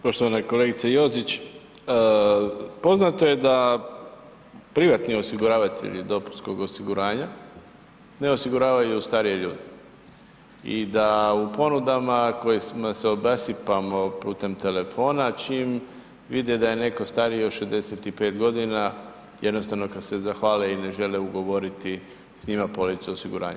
Poštovana kolegice Josić, poznato je da privatni osiguravatelji dopunskog osiguranja ne osiguravaju starije ljude i da u ponudama kojima se obasipamo putem telefona čim vide da je neko stariji od 65.g. jednostavno kad se zahvale i ne žele ugovoriti s njima policu osiguranja.